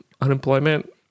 unemployment